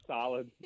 Solid